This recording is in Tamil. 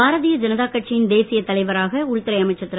பாரதீய ஜனதா கட்சியின் தேசிய தலைவராக உள்துறை அமைச்சர் திரு